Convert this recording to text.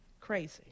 crazy